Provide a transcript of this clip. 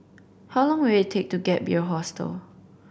how long will it take to Gap Year Hostel